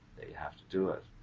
have to do it.